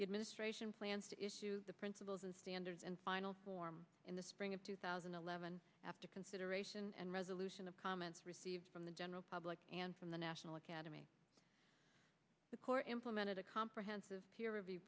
the administration plans to issue the principles and standards and final form in the spring of two thousand and eleven after consideration and resolution of comments received from the general public and from the national academy the corps implemented a comprehensive peer review